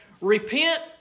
repent